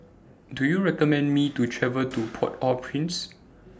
Do YOU recommend Me to travel to Port Au Prince